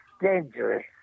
dangerous